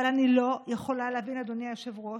אבל אני לא יכולה להבין, אדוני היושב-ראש,